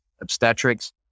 obstetrics